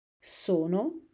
Sono